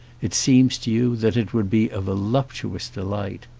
it seems to you that it would be a voluptuous delight.